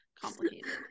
complicated